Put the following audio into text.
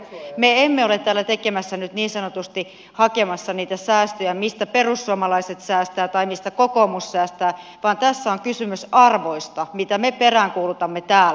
me emme ole täällä nyt niin sanotusti hakemassa niitä säästöjä mistä perussuomalaiset säästävät tai mistä kokoomus säästää vaan tässä on kysymys arvoista mitä me peräänkuulutamme täällä